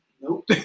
Nope